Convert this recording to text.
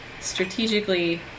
strategically